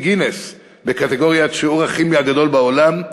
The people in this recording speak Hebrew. גינס בקטגוריית "שיעור הכימיה הגדול בעולם".